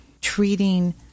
treating